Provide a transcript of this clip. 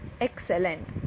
Excellent